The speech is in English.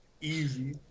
Easy